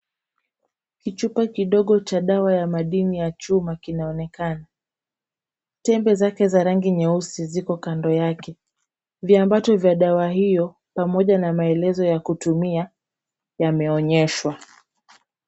Kichupa kidogo cha dawa ya madini ya chuma kinaonekana. Tembe zake za rangi nyeusi ziko kando yake. Viambato vya dawa hiyo pamoja na maelezo ya kutumia yameonyeshwa.